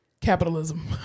Capitalism